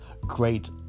great